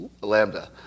Lambda